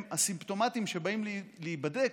הסימפטומטיים שבאים להיבדק,